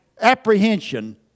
apprehension